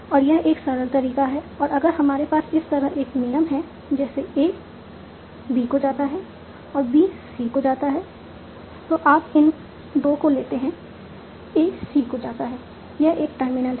और यह एक सरल तरीका है और अगर हमारे पास इस तरह एक नियम है जैसे A B को जाता है और B C को जाता है तो आप इन 2 को लेते हैं a c को जाता है यह एक टर्मिनल है